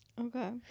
Okay